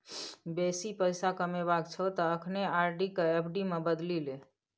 बेसी पैसा कमेबाक छौ त अखने आर.डी केँ एफ.डी मे बदलि ले